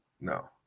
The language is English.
No